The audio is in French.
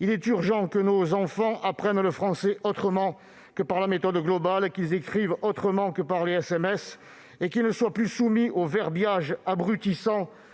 Il est urgent que nos enfants apprennent le français autrement que par la méthode globale, qu'ils écrivent autrement que par les SMS et qu'ils ne soient plus soumis au verbiage abrutissant